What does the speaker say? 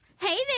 Hey